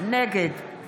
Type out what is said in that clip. נגד